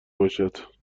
باشد